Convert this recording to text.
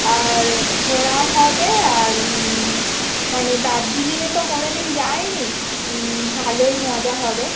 আর ঘোরা হবে আর মানে দার্জিলিংয়ে তো কোনো দিন যায় নি ভালোই মজা হবে